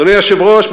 אדוני היושב-ראש,